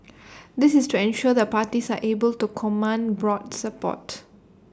this is to ensure the parties are able to command broad support